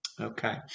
Okay